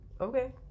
Okay